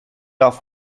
off